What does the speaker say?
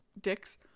Dicks